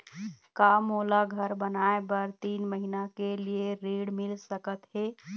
का मोला घर बनाए बर तीन महीना के लिए ऋण मिल सकत हे?